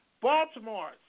Baltimore